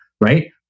right